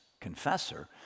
confessor